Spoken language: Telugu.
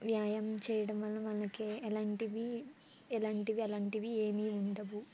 వ్యాయామం చేయడం వలన వాళ్ళకి ఎలాంటివి ఎలాంటివి అలాంటివి ఏమి ఉండవు